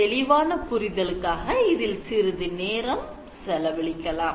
தெளிவான புரிதலுக்காக இதில் சிறிது நேரம் செலவழிக்கலாம்